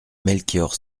melchior